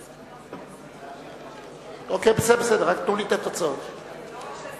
לא רק שהשר